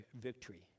victory